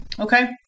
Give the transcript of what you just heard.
Okay